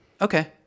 okay